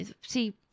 see